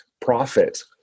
profit